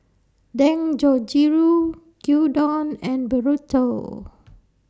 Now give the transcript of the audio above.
Dangojiru Gyudon and Burrito